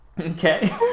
Okay